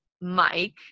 Mike